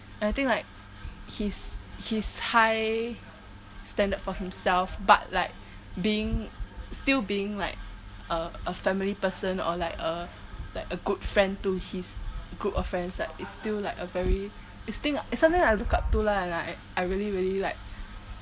and I think like his his high standard for himself but like being still being like a a family person or like a like a good friend to his group of friends like it's still like a very is thing is something I look up to lah like I really really like